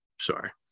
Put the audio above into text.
Sorry